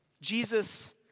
Jesus